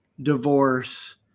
divorce